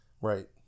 Right